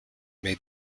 made